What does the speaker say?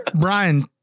Brian